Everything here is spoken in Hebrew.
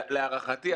להערכתי,